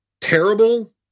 terrible